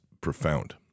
profound